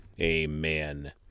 amen